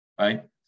right